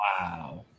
wow